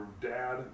dad